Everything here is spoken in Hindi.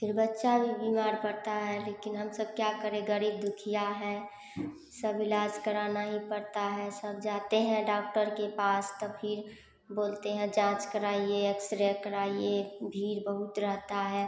फिर बच्चा भी बीमार पड़ता है लेकिन हम सब क्या करें गरीब दुखिया हैं सब इलाज कराना ही पड़ता है सब जाते हैं डॉक्टर के पास तो फिर बोलते हैं जाँच कराइए एक्स रे कराइए भीड़ बहुत रहता है